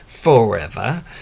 Forever